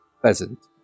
pleasant